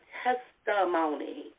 testimony